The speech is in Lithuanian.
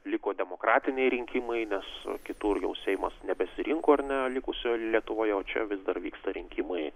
liko demokratiniai rinkimai nes kitur jau seimas nebesirinko ar ne likusioje lietuvoje o čia vis dar vyksta rinkimai